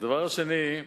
הדבר השני,